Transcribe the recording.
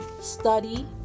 study